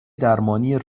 درمانی